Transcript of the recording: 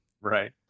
Right